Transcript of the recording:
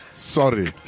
Sorry